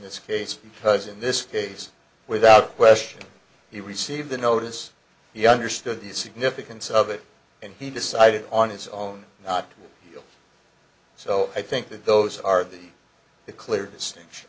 because in this case without question he received a notice he understood the significance of it and he decided on his own not so i think that those are the clear distinction